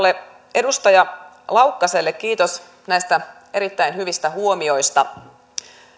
edustaja laukkaselle kiitos näistä erittäin hyvistä huomioista